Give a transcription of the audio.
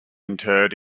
interred